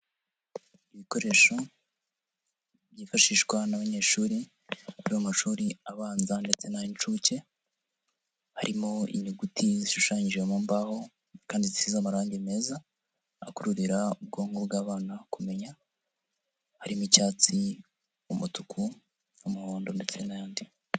Ibikoresho byifashishwa n'abanyeshuri biga mu mashuri abanza ndetse n'ay'incuke, harimo inyuguti zishushanyije mu mbaho kandi zisize amarangi meza, akururira ubwonko bw'abana kumenya, harimo icyatsi, umutuku, umuhondo ndetse n'ayandi.